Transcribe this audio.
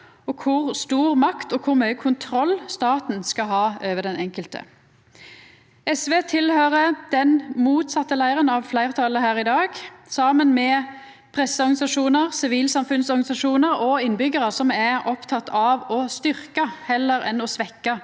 og kor stor makt og kor mykje kontroll staten skal ha over den enkelte. SV tilhøyrer den motsette leiren av fleirtalet her i dag, saman med presseorganisasjonar, sivilsamfunnsorganisasjonar og innbyggjarar som er opptekne av å styrkja heller enn å svekkja